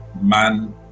man